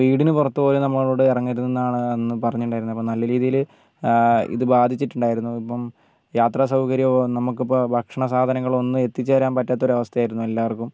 വീടിന് പുറത്ത് പോലും നമ്മളോട് ഇറങ്ങരുതെന്നാണ് അന്ന് പറഞ്ഞിട്ടുണ്ടായിരുന്നത് അപ്പോൾ നല്ല രീതിയിൽ ഇത് ബാധിച്ചിട്ടുണ്ടായിരുന്നു ഇപ്പം യാത്ര സൗകര്യമോ നമുക്ക് ഇപ്പോൾ ഭക്ഷണ സാധനങ്ങളോ ഒന്നും എത്തിച്ചേരാൻ പറ്റാത്ത ഒരു അവസ്ഥയായിരുന്നു എല്ലാവർക്കും